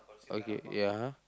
okay ya